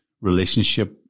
relationship